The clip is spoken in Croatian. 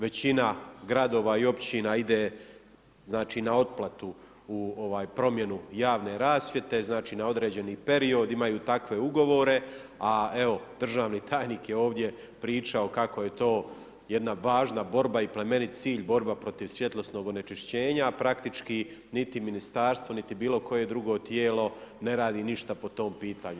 Većina gradova i općina ide na otplatu promjenu javne rasvjete znači na određeni period, imaju takve ugovore, a državni tajnik je ovdje pričao kako to jedna važna borba i plemenit cilj borba protiv svjetlosnog onečišćenja, a praktički, niti ministarstvo niti bilo koje drugo tijelo ne radi ništa po tom pitanju.